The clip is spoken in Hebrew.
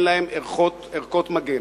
במדינת ישראל אין ערכות מגן.